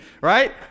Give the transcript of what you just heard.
right